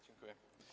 Dziękuję.